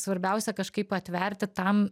svarbiausia kažkaip atverti tam